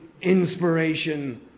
inspiration